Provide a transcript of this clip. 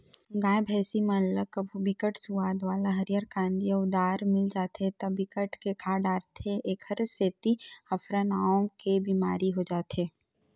गाय, भइसी मन ल कभू बिकट सुवाद वाला हरियर कांदी अउ दार मिल जाथे त बिकट के खा डारथे एखरे सेती अफरा नांव के बेमारी हो जाथे